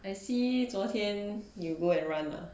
I see 昨天 you go and run ah